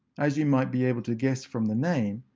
as you might be able to guess from the name,